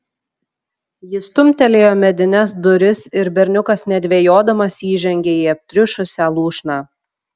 jis stumtelėjo medines duris ir berniukas nedvejodamas įžengė į aptriušusią lūšną